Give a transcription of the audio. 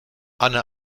anne